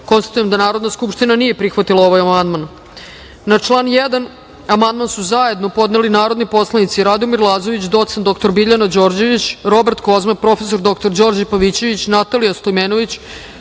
poslanika. Konstatujem da Narodna skupština nije prihvatila ovaj amandman. Na član 3. amandman su zajedno podneli narodni poslanici Radomir Lazović, doc. dr Biljana Đorđević, Robert Kozma, prof. dr Đorđe Pavićević, Natalija Stojmenović